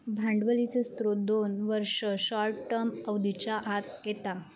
भांडवलीचे स्त्रोत दोन वर्ष, शॉर्ट टर्म अवधीच्या आत येता